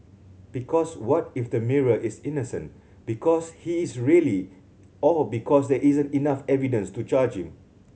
because what if the minor is innocent because he is really or because there isn't enough evidence to charge him